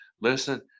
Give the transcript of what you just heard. listen